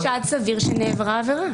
אם יש חשד סביר שנעברה עבירה.